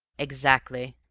exactly.